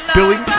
Billy